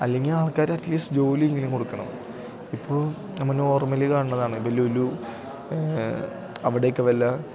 അല്ലെങ്കില് ആൾക്കാര് at least ജോലിയെങ്കിലും കൊടുക്കണം ഇപ്പോള് നമ്മള് നോർമല് കാണുന്നതാണ് ഇപ്പോള് ലുലു അവിടൊക്കെ വല്ല